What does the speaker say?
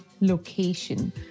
location